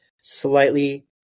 slightly